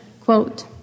Quote